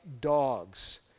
dogs